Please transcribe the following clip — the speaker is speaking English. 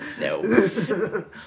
No